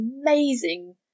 amazing